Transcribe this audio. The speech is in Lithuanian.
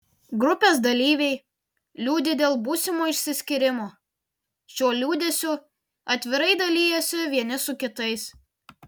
grupės dalyviai liūdi dėl būsimo išsiskyrimo šiuo liūdesiu atvirai dalijasi vieni su kitais